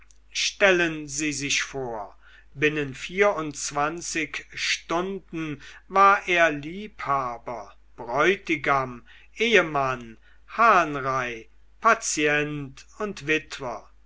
stellen sie sich vor binnen vierundzwanzig stunden war er liebhaber bräutigam ehmann hahnrei patient und witwer